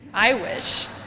i wish!